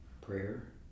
prayer